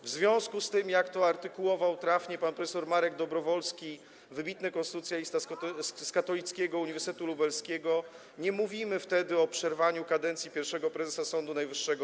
W związku z tym, jak to artykułował trafnie pan prof. Marek Dobrowolski, wybitny konstytucjonalista z Katolickiego Uniwersytetu Lubelskiego, nie mówimy wtedy o przerwaniu kadencji pierwszego prezesa Sądu Najwyższego.